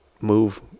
move